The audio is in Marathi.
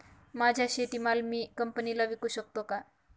माझा शेतीमाल मी कंपनीला विकू शकतो का?